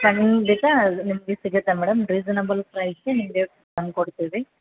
ಖಂಡಿತ ನಿಮಗೆ ಇದು ಸಿಗುತ್ತೆ ಮೇಡಮ್ ರೀಸನೆಬಲ್ ಪ್ರೈಸಿಗೆ ನಿಮಗೆ ತಂದು ಕೊಡ್ತೀವಿ